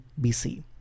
BC